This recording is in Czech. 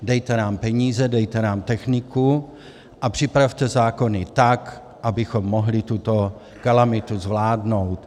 Dejte nám peníze, dejte nám techniku a připravte zákony tak, abychom mohli tuto kalamitu zvládnout.